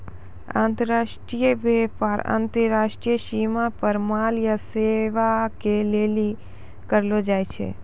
अन्तर्राष्ट्रिय व्यापार अन्तर्राष्ट्रिय सीमा पे माल या सेबा के लेली करलो जाय छै